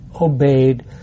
obeyed